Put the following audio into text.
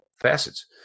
facets